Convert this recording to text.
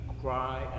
cry